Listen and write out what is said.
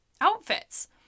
outfits